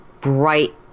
bright